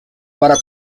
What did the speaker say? para